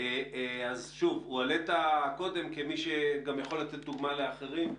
הועלת קודם גם כמי שיכול לתת דוגמה לאחרים,